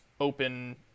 open